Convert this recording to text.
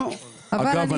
אגב,